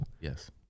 Yes